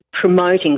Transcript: promoting